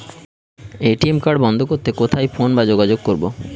ATM card বন্ধ করতে কোথায় ফোন বা যোগাযোগ করব?